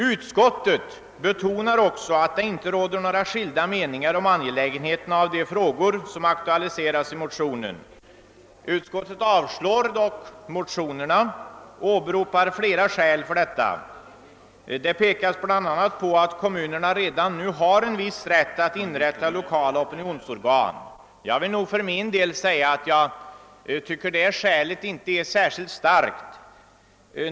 Utskottet betonar också att det inte råder några skiljaktiga meningar om angelägenheten av de frågor som aktualiserats i motionerna men avstyrker ändock dessa. Flera skäl åberopas för avstyrkandet. Det pekas bl.a. på att kommunerna redan nu har en viss rätt att inrätta lokala opinionsorgan. För min del tycker jag inte att det skälet är särskilt starkt.